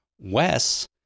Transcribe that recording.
Wes